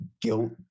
guilt